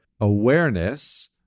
awareness